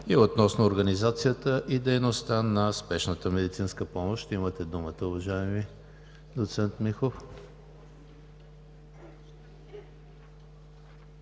е относно организацията и дейността на спешната медицинска помощ. Имате думата, уважаеми доцент Михов.